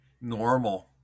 Normal